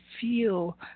feel